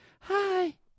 Hi